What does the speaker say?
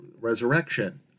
resurrection